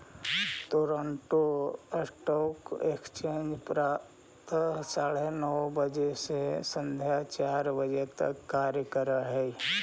Toronto stock exchange प्रातः साढ़े नौ बजे से सायं चार बजे तक कार्य करऽ हइ